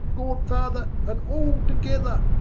god-father, and all together